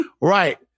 Right